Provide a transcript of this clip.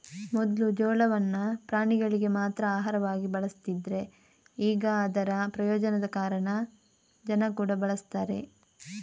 ಮೊದ್ಲು ಜೋಳವನ್ನ ಪ್ರಾಣಿಗಳಿಗೆ ಮಾತ್ರ ಆಹಾರವಾಗಿ ಬಳಸ್ತಿದ್ರೆ ಈಗ ಅದರ ಪ್ರಯೋಜನದ ಕಾರಣ ಜನ ಕೂಡಾ ಬಳಸ್ತಾರೆ